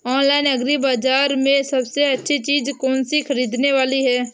Online Agri Bazaar में सबसे अच्छी चीज कौन सी ख़रीदने वाली है?